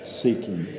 seeking